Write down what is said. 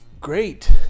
Great